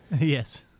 Yes